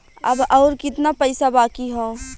अब अउर कितना पईसा बाकी हव?